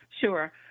Sure